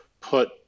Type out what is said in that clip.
put